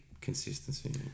consistency